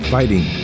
Fighting